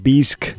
Bisk